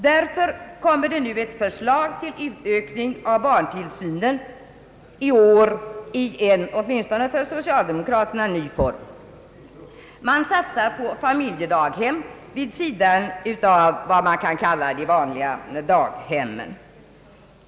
Därför kommer det nu ett förslag till utökning av barntillsynen i år i en åtminstone för socialdemokraterna ny form. Man satsar på familjedaghem vid sidan av vad man kan kalla de vanliga daghemmen.